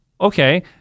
Okay